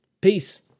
peace